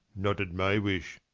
not at my wish,